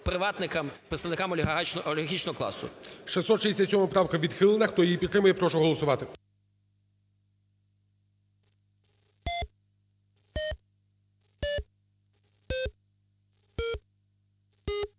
приватникам, представникам олігархічного класу. ГОЛОВУЮЧИЙ. 667 правка відхилена. Хто її підтримує, прошу голосувати.